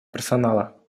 персонала